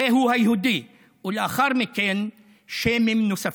הרי הוא היהודי, ולאחר מכן שמים נוספים.